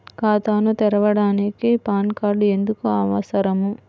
ఖాతాను తెరవడానికి PAN card ఎందుకు అవసరము?